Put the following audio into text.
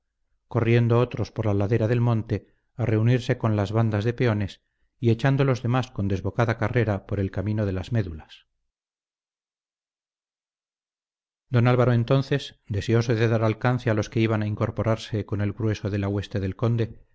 corriendo otros por la ladera del monte a reunirse con las bandas de peones y echando los demás con desbocada carrera por el camino de las médulas don álvaro entonces deseoso de dar alcance a los que iban a incorporarse con el grueso de la hueste del conde